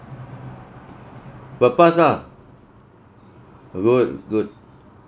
but pass ah good good